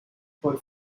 for